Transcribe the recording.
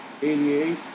88